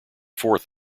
fourth